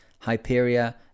Hyperia